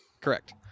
Correct